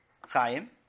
Chaim